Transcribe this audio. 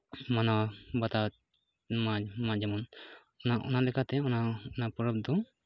ᱢᱟᱱᱟᱣᱟ ᱵᱟᱛᱟᱣᱟ ᱢᱟ ᱢᱟ ᱡᱮᱢᱚᱱ ᱚᱱᱟ ᱞᱮᱠᱟᱛᱮ ᱚᱱᱟ ᱚᱱᱟ ᱯᱚᱨᱚᱵᱽ ᱫᱚ